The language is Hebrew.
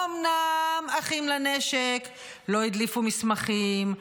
אומנם אחים לנשק לא הדליפו מסמכים,